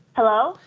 hello?